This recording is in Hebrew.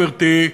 גברתי,